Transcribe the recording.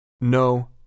No